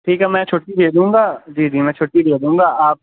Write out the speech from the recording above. ٹھیک ہے میں چھٹی دے دوں گا جی جی میں چھٹی دے دوں گا آپ